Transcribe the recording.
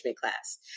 class